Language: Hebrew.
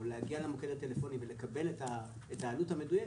להגיע למוקד הטלפוני ולקבל את העלות המדויקת,